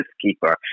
keeper